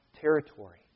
territory